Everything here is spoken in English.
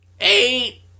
Eight